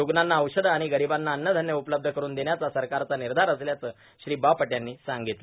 रूग्णाांना औषधं आणि गरिबांना अव्नधान्य उपलब्ध करून देण्याचा सरकारचा निर्धार असल्याचं श्री बापट यांनी सांगितलं